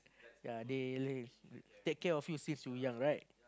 yea they like take care of you since you young right